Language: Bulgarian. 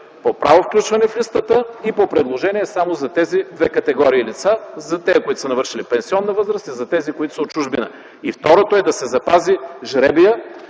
по право включване в листата и по предложение само за тези две категории лица – за тези, които са навършили пенсионна възраст, и за тези, които са от чужбина. Второто е да се запази жребият,